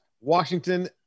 Washington